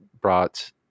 brought